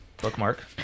Bookmark